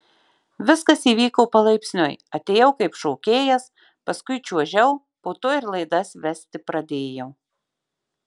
viskas įvyko palaipsniui atėjau kaip šokėjas paskui čiuožiau po to ir laidas vesti pradėjau